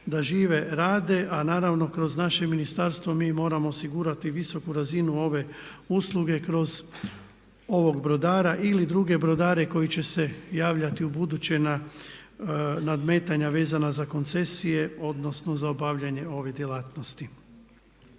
da žive, rade. A naravno kroz naše ministarstvo mi moramo osigurati visoku razinu ove usluge kroz ovog brodara ili druge brodare koji će se javljati ubuduće na nadmetanja vezana za koncesije, odnosno za obavljanje ove djelatnosti.